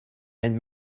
and